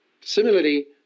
Similarly